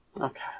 Okay